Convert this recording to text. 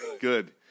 good